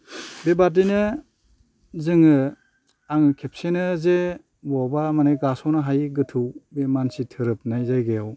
बेबायदिनो जोङो आं खेबसेनो जे बबावबा माने गास'नो हायै गोथौ बे मानसि थोरोबनाय जायगायाव